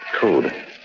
Code